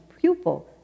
pupil